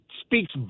speaks